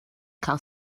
gael